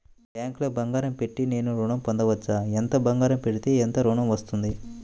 బ్యాంక్లో బంగారం పెట్టి నేను ఋణం పొందవచ్చా? ఎంత బంగారం పెడితే ఎంత ఋణం వస్తుంది?